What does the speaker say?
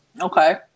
Okay